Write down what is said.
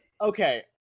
okay